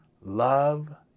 Love